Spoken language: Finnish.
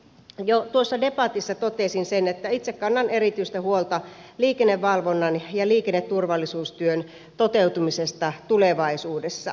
jo tuossa debatissa totesin sen että itse kannan erityistä huolta liikennevalvonnan ja liikenneturvallisuustyön toteutumisesta tulevaisuudessa